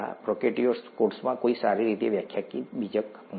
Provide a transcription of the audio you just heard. prokaryotic કોષમાં કોઈ સારી રીતે વ્યાખ્યાયિત બીજક નથી